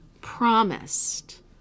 promised